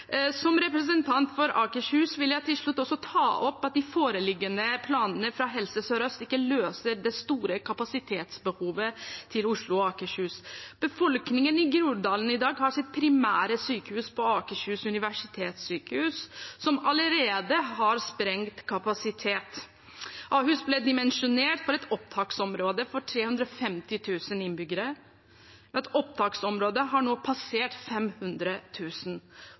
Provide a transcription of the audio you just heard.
Som representant for Akershus vil jeg til slutt også ta opp at de foreliggende planene fra Helse Sør-Øst ikke løser det store kapasitetsbehovet til Oslo og Akershus. Befolkningen i Groruddalen i dag har som sitt primærsykehus Akershus universitetssykehus, som allerede har sprengt kapasitet. Ahus ble dimensjonert for et opptaksområde med 350 000 innbyggere. Dette opptaksområdet har nå passert